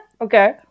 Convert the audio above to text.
Okay